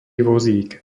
vozík